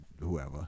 whoever